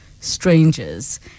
strangers